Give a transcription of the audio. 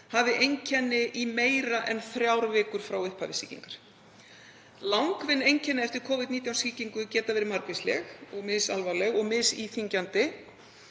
hafi einkenni í meira en þrjár vikur frá upphafi sýkingar. Langvinn einkenni eftir Covid-19 sýkingu geta verið margvísleg, misalvarleg og misíþyngjandi.